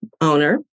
owner